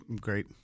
Great